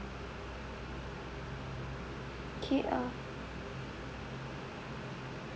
okay uh